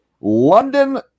London